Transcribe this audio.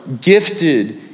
gifted